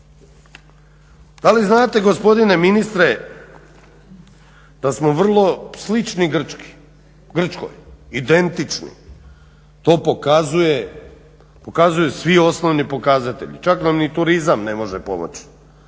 Da li znate gospodine ministre da smo vrlo slični Grčkoj, identični. To pokazuju svi osnovni pokazatelji. Čak nam ni turizam ne može pomoći,